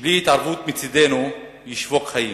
שבלי התערבות מצדנו ישבוק חיים.